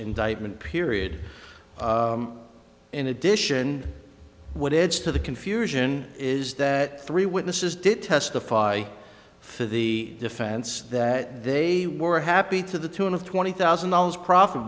indictment period in addition what adds to the confusion is that three witnesses did testify for the defense that they were happy to the tune of twenty thousand dollars profit